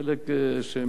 חלק,